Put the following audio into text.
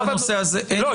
אין בנושא הזה --- לא,